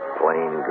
plain